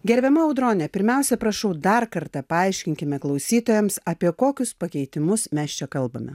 gerbiama audrone pirmiausia prašau dar kartą paaiškinkime klausytojams apie kokius pakeitimus mes čia kalbame